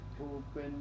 open